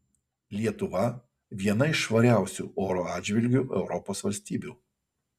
lietuva viena iš švariausių oro atžvilgiu europos valstybių